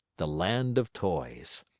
the land of toys.